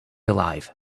alive